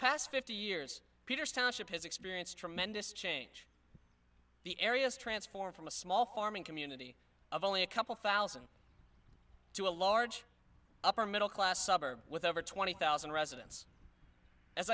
past fifty years peters township his experience tremendous change the area's transformed from a small farming community of only a couple thousand to a large upper middle class suburb with over twenty thousand residents as